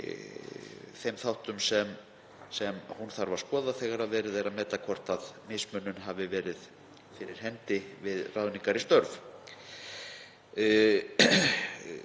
þeim þáttum sem hún þarf að skoða þegar verið er að meta hvort mismunun hafi verið fyrir hendi við ráðningar í störf.